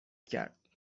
کرد